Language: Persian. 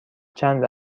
چند